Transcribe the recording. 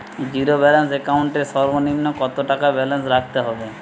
Zero balance account এর সর্বনিম্ন কত টাকা ব্যালেন্স রাখতে হবে?